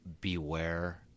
Beware